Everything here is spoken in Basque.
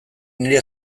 nire